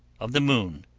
of the moon.